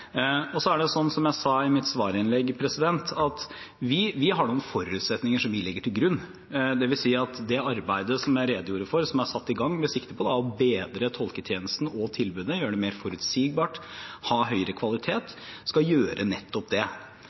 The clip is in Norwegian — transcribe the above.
og for øvrig også ansatte, vært med. Så er det jo ingen garanti at man kommer til enighet. Det er det ene punktet. Som jeg sa i mitt svarinnlegg, har vi noen forutsetninger som vi legger til grunn. Det vil si at det arbeidet som jeg redegjorde for – som er satt i gang med sikte på å bedre tolketjenesten og tilbudene, gjøre dette mer forutsigbart